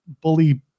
bully